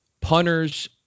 punters